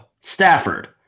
Stafford